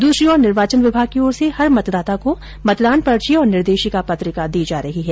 दूसरी और निर्वाचन विभाग की ओर से हर मतदाता को मतदान पर्ची और निर्देशिका पत्रिका दी जा रही है